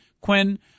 Quinn